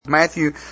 Matthew